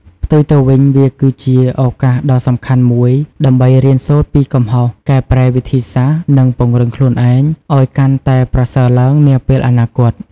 ផ្ទុយទៅវិញ វាគឺជា ឱកាសដ៏សំខាន់មួយដើម្បីរៀនសូត្រពីកំហុស កែប្រែវិធីសាស្រ្ត និងពង្រឹងខ្លួនឯង ឲ្យកាន់តែប្រសើរឡើងនាពេលអនាគត។